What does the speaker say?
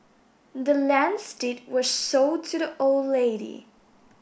the land's deed was sold to the old lady